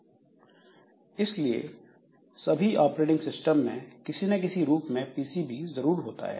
इस प्रकार यह प्रोसेस कंट्रोल ब्लॉक ऑपरेशन की ज्यादातर जानकारी जो कि हमें प्रोसेस को ठीक तरीके से चलाने के लिए चाहिए होती हैं को रखता है